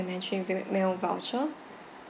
~mentary meal meal voucher